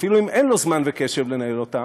אפילו אם אין לו זמן וקשב לנהל אותם.